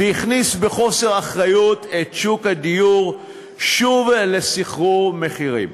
והכניס בחוסר אחריות את שוק הדיור שוב לסחרור מחירים.